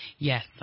Yes